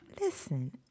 listen